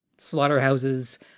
slaughterhouses